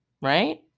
right